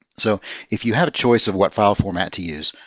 so if you have a choice of what file format to use,